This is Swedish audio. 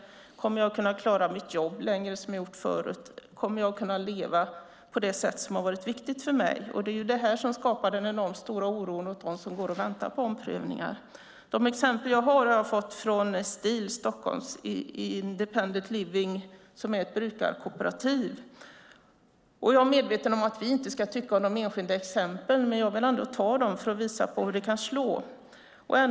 Kommer jag att klara mitt jobb som jag har haft förut? Kommer jag att kunna leva på det sätt som har varit viktigt för mig? Det är detta som skapar den enormt stora oron hos dem som går och väntar på omprövningar. Mina exempel har jag fått från Stil, Stockholms Independent Living, som är ett brukarkooperativ. Jag är medveten om att vi inte ska tycka om de enskilda exemplen, men jag vill ändå ta dem för att visa hur det kan slå.